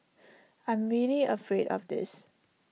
I'm really afraid of this